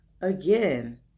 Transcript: again